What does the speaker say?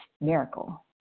miracle